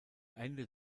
ende